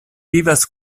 vivas